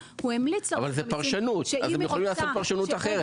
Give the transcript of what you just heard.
-- אבל זו פרשנות; הם יכולים לעשות פרשנות אחרת,